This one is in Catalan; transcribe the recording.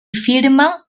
firma